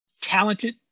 talented